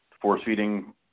force-feeding